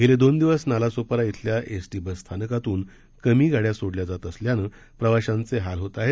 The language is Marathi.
गेले दोन दिवस नालासोपारा इथल्या एस टी बस स्थानकातून कमी गाड्या सोडल्या जात असल्यानं प्रवाशांचे हाल होत आहेत